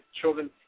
children